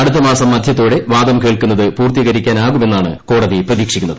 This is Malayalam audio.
അടുത്തമാസം മധ്യത്തോടെ വാദം കേൾക്കുന്നത് പൂർത്തീകരിക്കാനാകുമെന്നാണ് കോടതി പ്രതീക്ഷിക്കുന്നത്